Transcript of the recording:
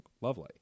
lovely